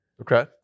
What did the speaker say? Okay